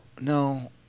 no